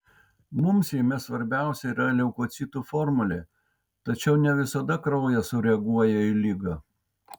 mums jame svarbiausia yra leukocitų formulė tačiau ne visada kraujas sureaguoja į ligą